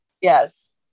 Yes